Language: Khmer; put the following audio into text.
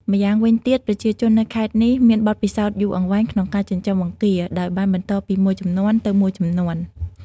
ម្យ៉ាងវិញទៀត ប្រជាជននៅខេត្តនេះមានបទពិសោធន៍យូរអង្វែងក្នុងការចិញ្ចឹមបង្គា ដោយបានបន្តពីមួយជំនាន់ទៅមួយជំនាន់។